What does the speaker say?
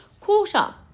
quarter